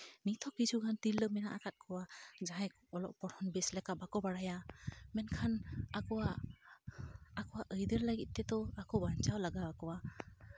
ᱱᱤᱛᱦᱚᱸ ᱠᱤᱪᱷᱩ ᱜᱟᱱ ᱛᱤᱨᱞᱟᱹ ᱢᱮᱱᱟᱜ ᱠᱟᱜ ᱠᱚᱣᱟ ᱡᱟᱦᱟᱸᱭ ᱠᱚ ᱚᱞᱚᱜ ᱯᱚᱲᱦᱚᱱ ᱵᱮᱥ ᱞᱮᱠᱟ ᱵᱟᱠᱚ ᱵᱟᱲᱟᱭᱟ ᱢᱮᱱᱠᱷᱟᱱ ᱟᱠᱚᱣᱟᱜ ᱟᱠᱚᱣᱟᱜ ᱟᱹᱭᱫᱟᱹᱨ ᱞᱟᱹᱜᱤᱫ ᱛᱮᱫᱚ ᱟᱠᱚ ᱵᱟᱧᱪᱟᱣ ᱞᱟᱜᱟᱣ ᱠᱚᱣᱟ